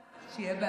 שיהיה בהצלחה.